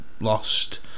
lost